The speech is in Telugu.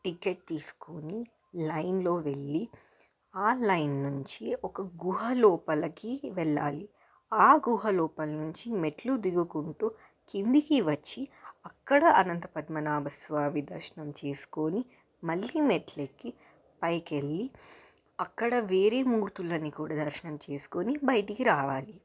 టికెట్ తీసుకుని లైన్లో వెళ్లి ఆ లైన్ నుంచి ఒక గుహ లోపలికి వెళ్ళాలి ఆ గుహ లోపల నుంచి మెట్లు దిగుకుంటూ కిందకి వచ్చి అక్కడ అనంత పద్మనాభ స్వామి దర్శనం చేసుకుని మళ్ళీ మెట్లుఎక్కి పైకి వెళ్ళి అక్కడ వేరే మూర్తులను కూడా దర్శనం చేసుకుని బయటకి రావాలి